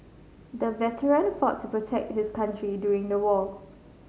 the veteran fought to protect his country during the war